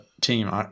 team